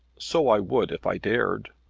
so i would if i dared.